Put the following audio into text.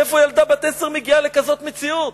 מאיפה ילדה בת עשר מגיעה לכזאת מציאות?